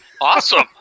Awesome